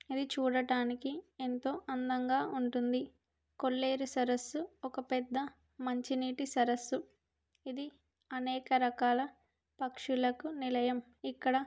ఇది చూడడానికి ఎంతో అందంగా ఉంటుంది కొల్లేరు సరస్సు ఒక పెద్ద మంచినీటి సరస్సు ఇది అనేక రకాల పక్షులకు నిలయం ఇక్కడ